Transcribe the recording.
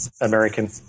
American